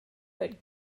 but